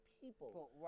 people